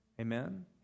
Amen